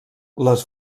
les